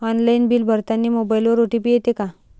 Online bill भरतानी मोबाईलवर OTP येते का?